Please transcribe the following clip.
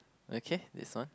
okay this one